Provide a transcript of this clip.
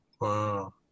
wow